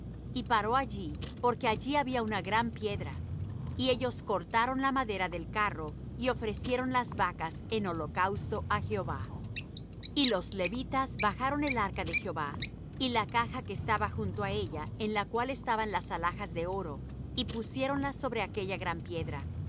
y paró allí porque allí había una gran piedra y ellos cortaron la madera del carro y ofrecieron las vacas en holocausto á jehová y los levitas bajaron el arca de jehová y la caja que estaba junto á ella en la cual estaban las alhajas de oro y pusiéronlas sobre aquella gran piedra